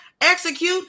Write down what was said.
execute